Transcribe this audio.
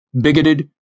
bigoted